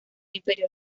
inferior